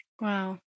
Wow